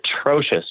atrocious